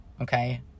okay